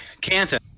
canton